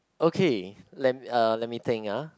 okay let m~ uh let me think ah